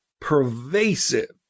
pervasive